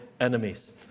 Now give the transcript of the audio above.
enemies